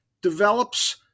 develops